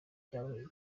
ryawe